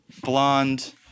blonde